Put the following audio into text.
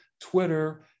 Twitter